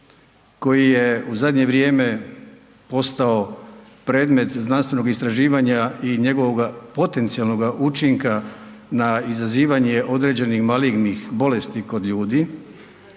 koji je u zadnje vrijeme postao predmet znanstvenog istraživanja i njegovoga potencijalnoga učinka na izazivanje određenih malignih bolesti kod ljudi